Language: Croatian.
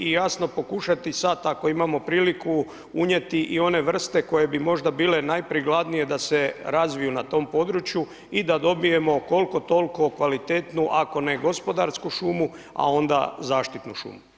I jasno, pokušati sada, ako imamo priliku, unijeti i one vrste koje bi možda bile najprikladnije da se razviju na tom području i da dobijemo koliko toliko kvalitetnu, ako ne gospodarsku šumu, a onda zaštitnu šumu.